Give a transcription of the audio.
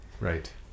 Right